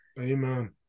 Amen